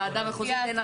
ועדה מחוזית.